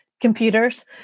Computers